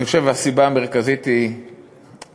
אני חושב שהסיבה המרכזית היא הכפילות.